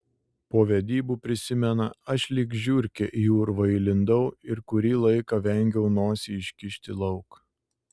po vedybų prisimena aš lyg žiurkė į urvą įlindau ir kurį laiką vengiau nosį iškišti lauk